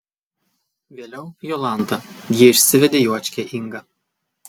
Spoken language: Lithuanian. vėliau jolanta ji išsivedė juočkę ingą